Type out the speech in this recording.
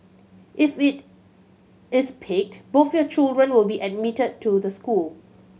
if it is picked both your children will be admitted to the school